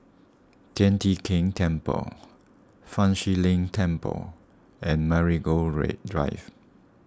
Tian Teck Keng Temple Fa Shi Lin Temple and Marigold Drive